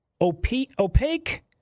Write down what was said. opaque